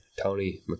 Tony